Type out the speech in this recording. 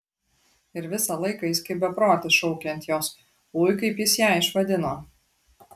ir visą laiką jis kaip beprotis šaukia ant jos ui kaip jis ją išvadino